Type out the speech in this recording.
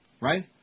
Right